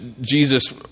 Jesus